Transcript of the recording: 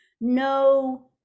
no